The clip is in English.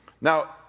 now